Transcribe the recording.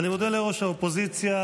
אני מודה לראש האופוזיציה.